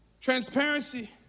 transparency